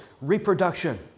reproduction